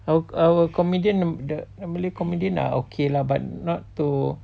our our comedian the the malay comedian are okay lah but not too